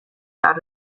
out